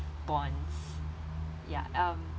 bonds ya um